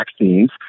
vaccines